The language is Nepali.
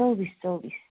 चौबिस चौबिस